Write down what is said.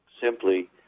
simply